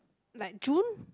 like June